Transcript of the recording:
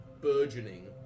burgeoning